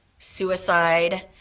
suicide